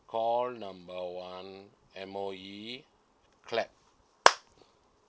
call number one M_O_E clap